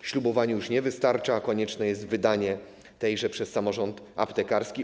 ślubowaniu już nie wystarcza, konieczne jest wydanie tejże przez samorząd aptekarski.